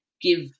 give